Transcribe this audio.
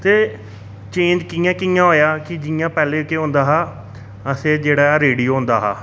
ते चेंज कि'यां कि'यां होएआ कि जि'यां पैहलें केह् होंदा हा असें जेह्ड़ा रेडियो होंदा हा